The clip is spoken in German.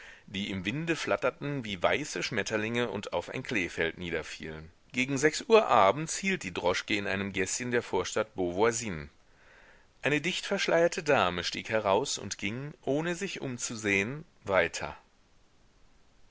die im winde flatterten wie weiße schmetterlinge und auf ein kleefeld niederfielen gegen sechs uhr abends hielt die droschke in einem gäßchen der vorstadt beauvoisine eine dichtverschleierte dame stieg heraus und ging ohne sich umzusehen weiter